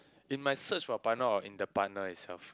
in my search for partner or in the partner itself